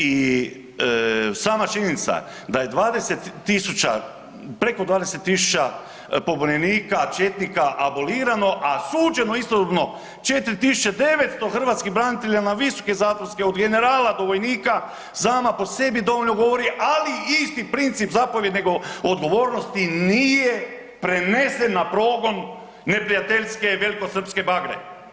I sama činjenica da je 20.000, preko 20.000 pobunjenika, četnika abolirano, a suđeno istodobno 4.900 hrvatskim braniteljima visoke zatvorske, od generala do vojnika, sama po sebi dovoljno govori, ali isti princip zapovjedne odgovornosti nije prenesen na progon neprijateljske velikosrpske bagre.